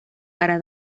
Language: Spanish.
para